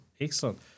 Excellent